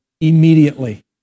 Immediately